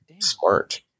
smart